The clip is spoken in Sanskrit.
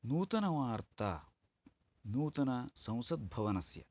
नूतनवार्ता नूतनसंसत् भवनस्य